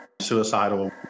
suicidal